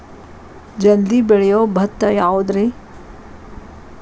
ಜಲ್ದಿ ಬೆಳಿಯೊ ಭತ್ತ ಯಾವುದ್ರೇ?